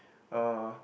uh